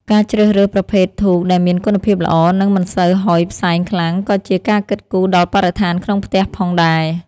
ការជ្រើសរើសប្រភេទធូបដែលមានគុណភាពល្អ និងមិនសូវហុយផ្សែងខ្លាំងក៏ជាការគិតគូរដល់បរិស្ថានក្នុងផ្ទះផងដែរ។